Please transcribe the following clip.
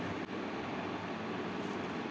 Credit card block అయ్యే అవకాశాలు ఉన్నయా?